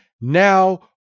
Now